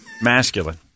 masculine